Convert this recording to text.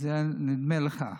זה נדמה לך.